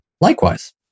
Likewise